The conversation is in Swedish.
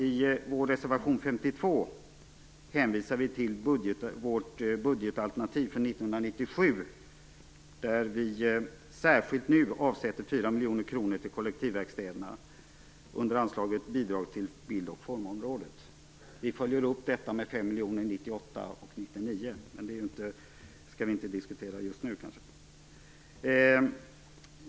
I vår reservation 52 hänvisar vi till vårt budgetalternativ för 1997, där vi särskilt avsätter 400 miljoner kronor till kollektivverkstäderna under anslaget Bidrag till bild och formområdet. Vi följer upp detta med 5 miljoner 1998 och 1999, men det skall vi inte diskutera nu.